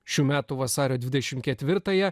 šių metų vasario dvidešimt ketvirtąją